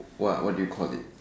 what what do you call it